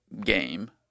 game